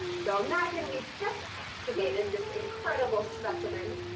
so imagine we've just excavated this incredible specimen.